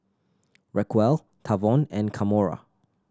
Racquel Tavon and Kamora